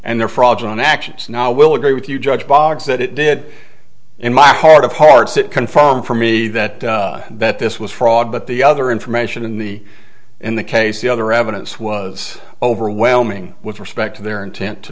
and now will agree with you judge bogs that it did in my heart of hearts that confirm for me that that this was fraud but the other information in the in the case the other evidence was overwhelming with respect to their intent to